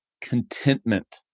contentment